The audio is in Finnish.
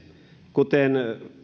kuten